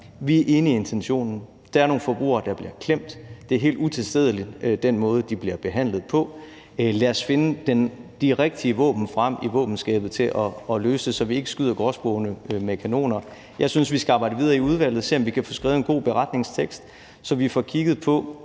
Vi er enige i intentionen; der er nogle forbrugere, der bliver klemt; det er helt utilstedeligt med den måde, de bliver behandlet på; lad os finde de rigtige våben frem fra våbenskabet til at løse det, så vi ikke skyder gråspurve med kanoner. Jeg synes, vi skal arbejde videre i udvalget og se, om vi kan få skrevet en god beretningstekst, så vi sammen med